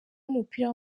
w’umupira